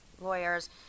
lawyers